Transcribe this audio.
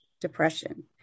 depression